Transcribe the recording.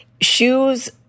shoes